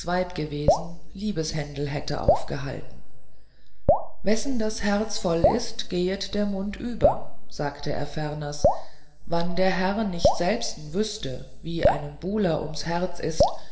gewesen liebehändeln hätte aufgehalten wessen das herz voll ist gehet der mund über sagte er ferners wann der herr nicht selbsten wüßte wie einem buhler ums herz ist